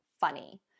funny